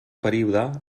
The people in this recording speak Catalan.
període